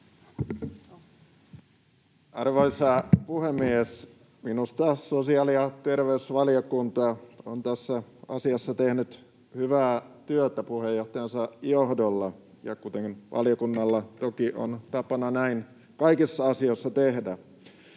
Arvoisa puhemies! Minusta sosiaali- ja terveysvaliokunta on tässä asiassa tehnyt hyvää työtä puheenjohtajansa johdolla, kuten valiokunnalla toki on tapana kaikissa asioissa tehdä.